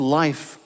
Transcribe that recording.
life